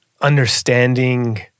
understanding